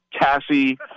Cassie